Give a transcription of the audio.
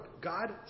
God